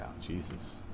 Jesus